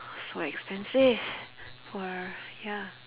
so expensive for ya